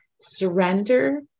surrender